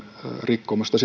rikkomusta